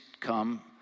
come